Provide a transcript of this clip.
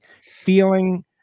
feeling